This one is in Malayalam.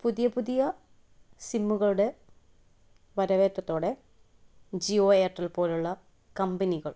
പുതിയ പുതിയ സിമ്മുകൾടെ വരവേറ്റത്തോടെ ജിയോ ഏയർടെൽ പോലുള്ള കമ്പനികൾ